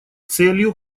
целью